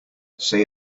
say